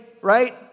right